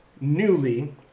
newly